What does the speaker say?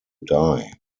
die